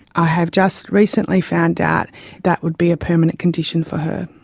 i have just recently found out that would be a permanent condition for her.